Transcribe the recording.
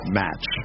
match